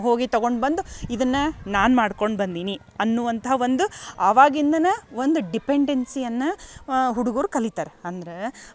ಹೋಗಿ ತಗೊಂಡು ಬಂದು ಇದನ್ನು ನಾನು ಮಾಡ್ಕೊಂಡು ಬಂದೀನಿ ಅನ್ನುವಂಥ ಒಂದು ಆವಾಗಿಂದನೇ ಒಂದು ಡಿಪೆಂಡೆನ್ಸಿಯನ್ನು ಹುಡ್ಗರು ಕಲಿತಾರೆ ಅಂದ್ರೆ